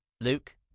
Luke